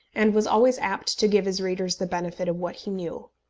and was always apt to give his readers the benefit of what he knew.